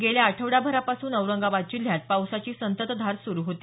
गेल्या आठवडाभरापासून औरंगाबाद जिल्ह्यात पावसाची संततधार सुरू होती